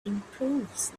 improves